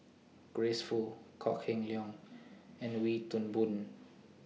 Grace Fu Kok Heng Leun and Wee Toon Boon